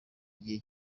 igihe